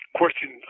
question